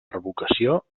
revocació